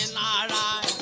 and da da